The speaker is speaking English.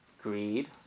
Greed